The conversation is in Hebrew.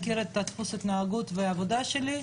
מכיר את דפוס ההתנהגות והעבודה שלי,